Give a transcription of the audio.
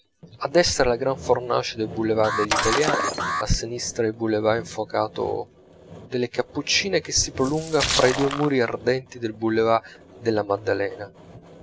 a destra la gran fornace del boulevard degli italiani a sinistra il boulevard infocato delle cappuccine che si prolunga fra i due muri ardenti del boulevard della maddalena